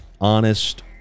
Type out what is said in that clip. honest